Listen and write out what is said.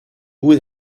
with